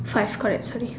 five correct